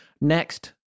Next